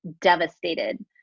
devastated